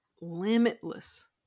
limitless